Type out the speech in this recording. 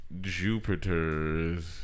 Jupiter's